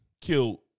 killed